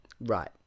Right